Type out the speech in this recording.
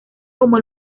como